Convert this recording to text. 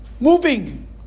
moving